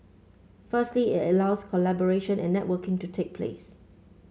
firstly it allows collaboration and networking to take place